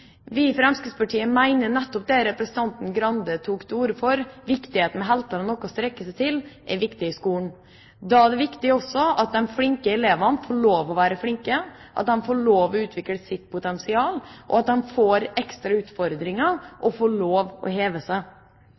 vi har samme utgangspunkt. Vi i Fremskrittspartiet mener nettopp det representanten Skei Grande tok til orde for: viktigheten av å ha helter i skolen og noe å strekke seg mot. Da er det også viktig at de flinke elevene får lov å være flinke, at de får lov å utvikle sitt potensial, at de får ekstra utfordringer, og at de får lov å hevde seg.